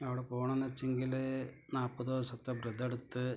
അവടെ പോണൊന്ന് വെച്ചങ്കില് നാല്പത് ദിവസത്തെ വ്രതമെടുത്ത്